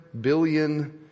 billion